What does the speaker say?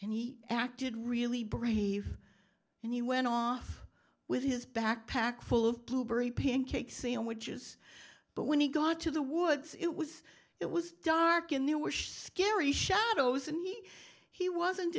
and he acted really brave and he went off with his backpack full of blueberry pancakes sandwiches but when he got to the woods it was it was dark and there were shiri shadows and he he wasn't